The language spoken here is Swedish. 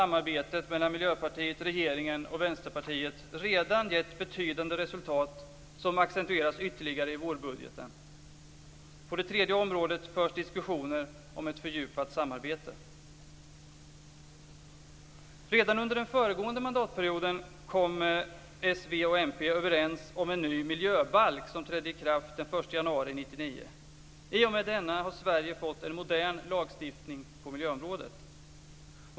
Redan under den föregående mandatperioden kom 1 januari 1999. I och med denna har Sverige fått en modern lagstiftning på miljöområdet.